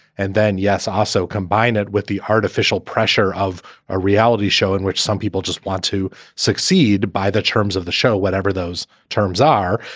and then, yes, also combine it with the artificial pressure of a reality show in which some people just want to succeed by the terms of the show, whatever those terms are,